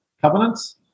covenants